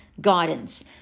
guidance